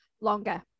longer